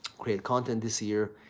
create content this year.